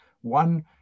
one